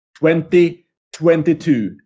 2022